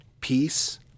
peace